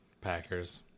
Packers